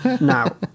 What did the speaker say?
Now